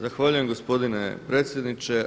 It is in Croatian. Zahvaljujem gospodine predsjedniče.